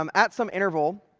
um at some interval,